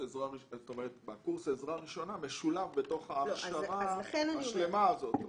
קורס עזרה ראשונה משולב בתוך ההכשרה השלמה הזאת.